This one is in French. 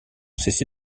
cessé